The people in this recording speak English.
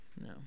no